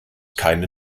keine